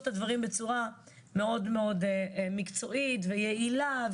את הדברים בצורה מאוד מאוד מקצועית ויעילה.